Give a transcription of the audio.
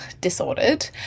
disordered